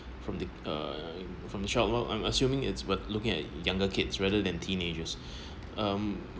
from the uh from the child I'm I'm assuming it's but looking at younger kids rather than teenagers um